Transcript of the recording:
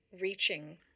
reaching